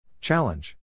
Challenge